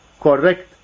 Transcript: correct